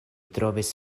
trovis